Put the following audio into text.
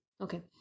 Okay